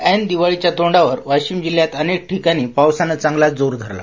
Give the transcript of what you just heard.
ऐन दिवाळीच्या तोंडावर वाशिम जिल्ह्यात अनेक ठिकाणी पावसान चांगलाच जोर धरला